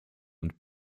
und